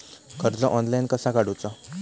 कर्ज ऑनलाइन कसा काडूचा?